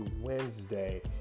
Wednesday